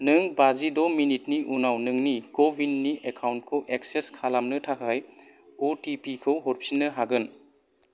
नों बाजिद' मिनिटनि उनाव नोंनि क' विननि एकाउन्टखौ एक्सेस खालामनो थाखाय अटिपि खौ हरफिननो हागोन